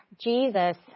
Jesus